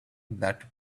that